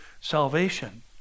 salvation